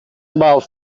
about